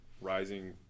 rising